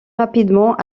rapidement